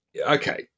Okay